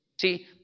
See